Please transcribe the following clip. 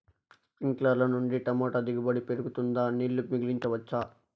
స్ప్రింక్లర్లు నుండి టమోటా దిగుబడి పెరుగుతుందా? నీళ్లు మిగిలించవచ్చా?